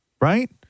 right